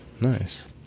Nice